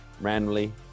randomly